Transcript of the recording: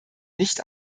nicht